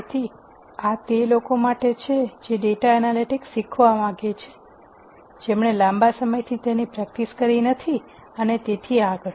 તેથી આ તે લોકો માટે છે જે ડેટા એનાલિટિક્સ શીખવા માંગે છે જેમણે લાંબા સમયથી તેની પ્રેક્ટિસ કરી નથી અને તેથી આગળ